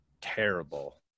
terrible